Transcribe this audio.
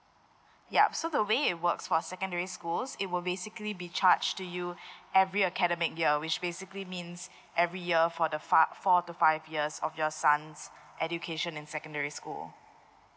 yup so the way it works for secondary schools it will basically be charged to you every academic year which basically means every year for the fi~ four to five years of your son's education in secondary school